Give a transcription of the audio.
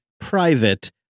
private